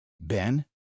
Ben